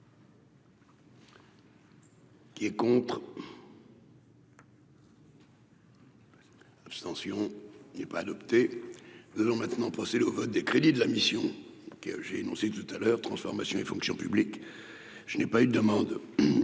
Qui est contre. L'abstention, il n'est pas adopté, nous allons maintenant passer le vote des crédits de la mission que j'ai annoncé tout à l'heure, transformation et fonction publique, je n'ai pas eu de demande